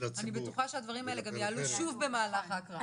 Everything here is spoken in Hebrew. אני בטוחה שהדברים האלה גם יעלו שוב במהלך ההקראה.